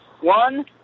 One